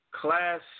Class